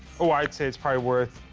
oh, i'd say it's probably worth